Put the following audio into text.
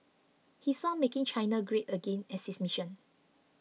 he saw making China great again as his mission